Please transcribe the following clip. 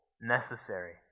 necessary